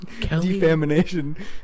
Defamation